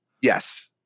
Yes